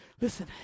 Listen